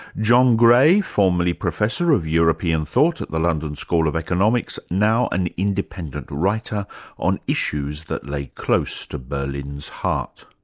john gray, formerly professor of european thought at the london school of economics, now an independent writer on issues that lay close to berlin's heart.